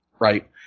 right